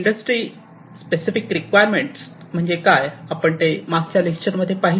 industry specific requirement म्हणजे काय ते आपण मागच्या लेक्चर मध्ये पाहिले